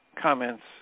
comments